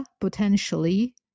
potentially